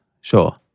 Sure